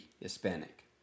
hispanic